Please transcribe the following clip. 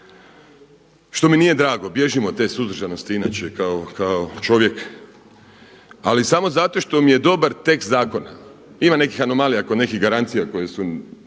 što mi je drago, bježim od te suzdržanosti inače kao čovjek, ali samo zato što mi je dobar tekst zakona. Ima nekih anomalija oko nekih garancija koje su